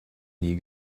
nie